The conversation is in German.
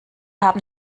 haben